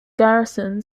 garrison